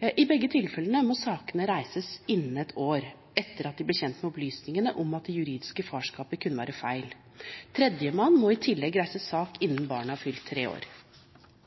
I begge tilfellene må sakene reises innen ett år etter at de ble kjent med opplysningene om at det juridiske farskapet kunne være feil. Tredjemann må i tillegg reise sak innen barnet har fylt tre år.